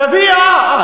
תביא, לא,